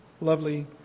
lovely